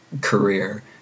career